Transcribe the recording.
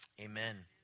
amen